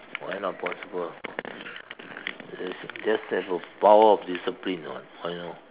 why not possible just just have a power of discipline [what] why no